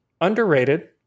underrated